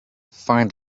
find